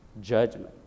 judgment